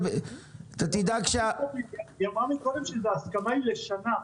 היא אמרה מקודם שההסכמה היא לשנה.